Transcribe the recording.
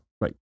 Right